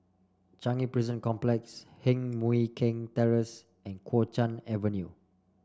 Changi Prison Complex Heng Mui Keng Terrace and Kuo Chuan Avenue